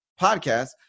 podcast